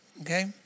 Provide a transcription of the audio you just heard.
okay